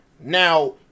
Now